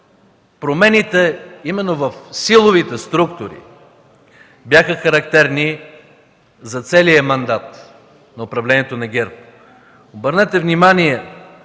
промените именно в силовите структури бяха характерни за целия мандат на управлението на ГЕРБ. Обърнете внимание,